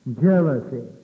jealousy